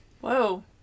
Whoa